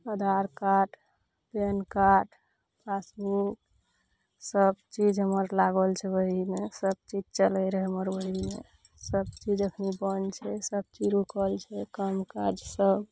आधार card PAN card passbook सब चीज हमर लागल छै ओहीमे सब चीज चलै रहै हमर ओहीमे सब चीज अखनी बन्द छै सब चीज रुकल छै काम काज सब